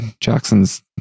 Jackson's